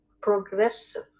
progressive